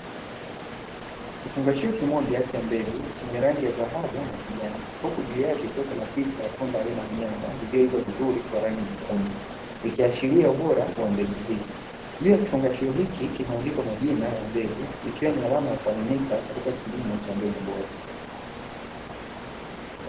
Kifungashio kimoja acha mbegu chenye rangi ya dhahabu na kijani, huku juu yake ikiwa kina picha ya tunda aina ya nyanya iliyoiva vizuri kwa rangi nyekundu, ikiashiria ubora wa mbegu hii. Juu ya kifungashio hiki kimeandikwa majina ya mbegu ikiwa ni alama ya kuaminika katika kilimo cha mbegu bora.